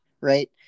right